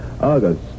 August